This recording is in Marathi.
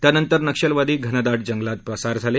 त्यानंतर नक्षलवादी घनदाट जंगलात पसार झाले